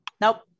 nope